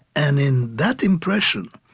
and in that impression,